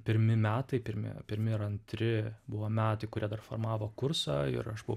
pirmi metai pirmi pirmi ar antri buvo metai kur jie dar formavo kursą ir aš buvau